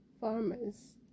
farmers